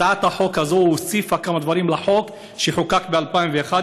הצעת החוק הזאת הוסיפה כמה דברים לחוק שחוקק ב-2011.